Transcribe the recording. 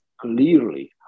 clearly